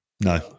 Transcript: No